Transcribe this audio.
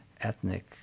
ethnic